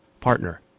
partner